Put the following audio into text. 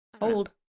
Old